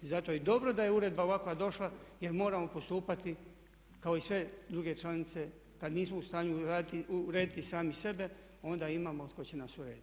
I zato je i dobro da je uredba ovakva došla jer moramo postupati kao i sve druge članice kada nismo u stanju urediti sami sebe onda imamo tko će nas urediti.